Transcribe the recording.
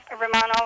Romano